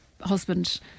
husband